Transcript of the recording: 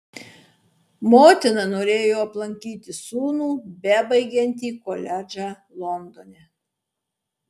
motina norėjo aplankyti sūnų bebaigiantį koledžą londone